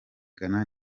ghana